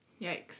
Yikes